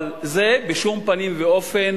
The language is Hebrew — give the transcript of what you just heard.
אבל זה בשום פנים ואופן